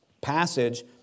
passage